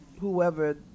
whoever